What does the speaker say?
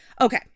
okay